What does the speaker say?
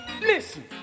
listen